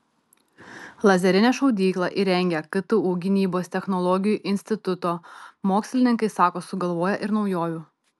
lazerinę šaudyklą įrengę ktu gynybos technologijų instituto mokslininkai sako sugalvoję ir naujovių